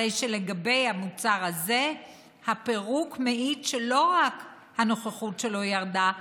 הרי שלגבי המוצר הזה הפירוק מעיד שלא רק הנוכחות שלו לא ירדה,